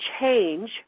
change